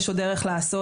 יש עוד דרך לעשות,